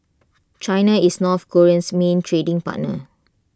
China is north Korea's main trading partner